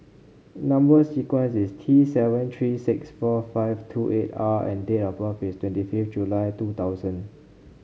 number sequence is T seven three six four five two eight R and date of birth is twenty fifth July two thousand